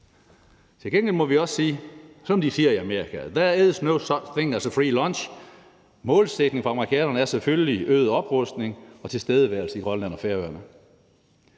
Til gengæld må vi også sige, som de siger i Amerika: There is no such thing as a free lunch. Målsætningen for amerikanerne er selvfølgelig øget oprustning og tilstedeværelse i Grønland og Færøerne.